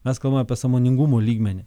mes kalbame apie sąmoningumo lygmenį